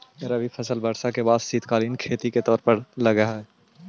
रबी फसल वर्षा के बाद शीतकालीन खेती के तौर पर लगऽ हइ